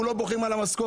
אנחנו לא בוכים על המשכורת,